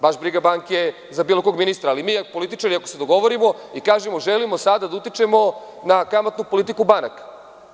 Baš briga banke za bilo kog ministra, ali mi političari ako se dogovorimo i kažemo – želimo sada da utičemo na kamatnu politiku banaka.